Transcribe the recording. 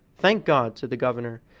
thank god! said the governor,